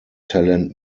talent